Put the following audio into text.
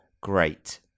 great